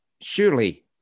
surely